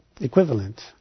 equivalent